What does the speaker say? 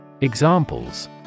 Examples